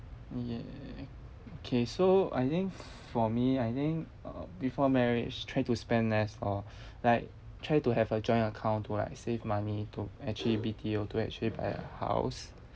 ya okay so I think for me I think uh before marriage try to spend less lor like try to have a joint account to like save money to actually B_T_O to actually buy a house